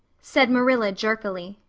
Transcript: said marilla jerkily.